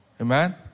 Amen